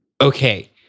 Okay